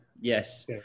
Yes